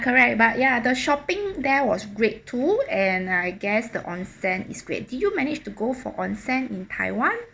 correct but ya the shopping there was great too and I guess the onsen is great do you manage to go for onsen in taiwan